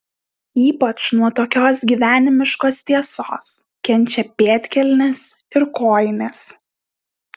ypač nuo tokios gyvenimiškos tiesos kenčia pėdkelnės ir kojinės